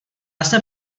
jsem